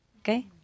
Okay